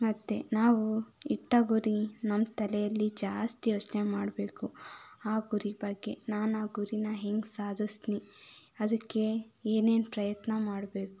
ಮತ್ತು ನಾವು ಇಟ್ಟ ಗುರಿ ನಮ್ಮ ತಲೆಯಲ್ಲಿ ಜಾಸ್ತಿ ಯೋಚನೆ ಮಾಡಬೇಕು ಆ ಗುರಿ ಬಗ್ಗೆ ನಾನುನ್ ಆ ಗುರಿನ ಹೆಂಗೆ ಸಾಧಸ್ತೀನಿ ಅದಕ್ಕೆ ಏನೇನು ಪ್ರಯತ್ನ ಮಾಡಬೇಕು